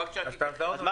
אנחנו